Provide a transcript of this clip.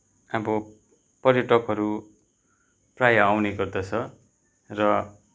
अब पर्यटकहरू प्रायः आउने गर्दछ र